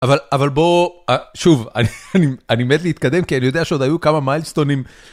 אבל בוא, שוב, אני מת להתקדם כי אני יודע שעוד היו כמה מיילסטונים.